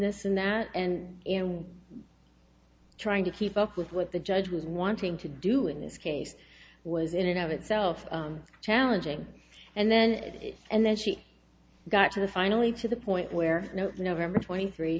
this and that and trying to keep up with what the judge was wanting to do in this case was in and of itself challenging and then and then she got to the finally to the point where november twenty three